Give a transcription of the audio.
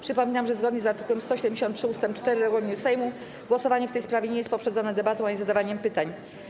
Przypominam, że zgodnie z art. 173 ust. 4 regulaminu Sejmu głosowanie w tej sprawie nie jest poprzedzone debatą ani zadawaniem pytań.